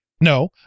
No